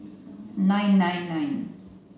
nine nine nine